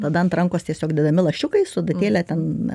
tada ant rankos tiesiog dedami lašiukai su adatėle ten